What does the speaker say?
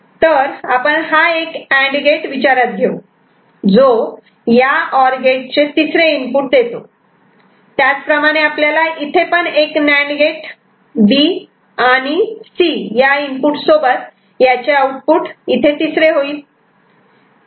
तर आपण हा एक अँड गेट विचारात घेऊन जो या और गेटचे चे तिसरे इनपुट देतो त्याच प्रमाणे आपल्याला इथे पण एक नांड गेट B आणि C या इनपुट सोबत याचे आउटपुट इथे तिसरे होईल